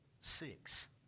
Six